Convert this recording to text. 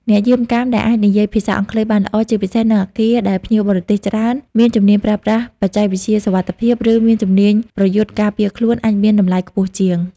អ្នកយាមកាមដែលអាចនិយាយភាសាអង់គ្លេសបានល្អ ជាពិសេសនៅអគារដែលភ្ញៀវបរទេសច្រើន មានជំនាញប្រើប្រាស់បច្ចេកវិទ្យាសុវត្ថិភាព ឬមានជំនាញប្រយុទ្ធការពារខ្លួន អាចមានតម្លៃខ្ពស់ជាង។